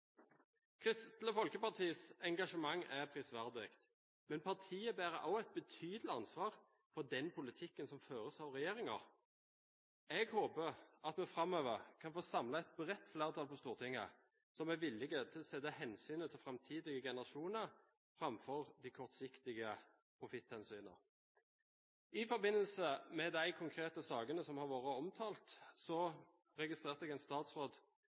Kristelig Folkepartis engasjement er prisverdig, men partiet bærer også et betydelig ansvar for den politikken som føres av regjeringen. Jeg håper at vi framover kan få samlet et bredt flertall på Stortinget som er villig til å sette hensynet til framtidige generasjoner foran de kortsiktige profitthensynene. I forbindelse med de konkrete sakene som har vært omtalt, registrerte jeg en statsråd